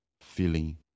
feeling